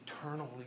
eternally